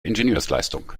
ingenieursleistung